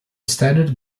standard